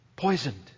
poisoned